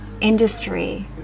industry